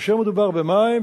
כאשר מדובר במים,